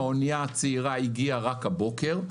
האונייה הצעירה הגיעה רק הבוקר.